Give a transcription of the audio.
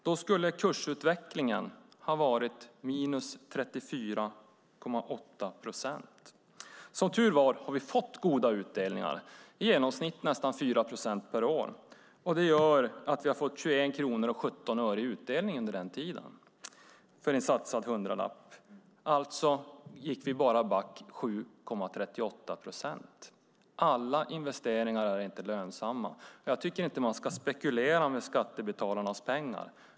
Då skulle kursutvecklingen ha varit minus 34,8 procent. Som tur är har vi fått goda utdelningar, i genomsnitt nästan 4 procent per år. Det gör att vi har fått 21:17 kronor i utdelning under den tiden på en satsad hundralapp. Alltså gick vi back bara 7,38 procent. Alla investeringar är inte lönsamma. Jag tycker inte att man ska spekulera med skattebetalarnas pengar.